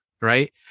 right